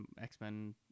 X-Men